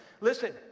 Listen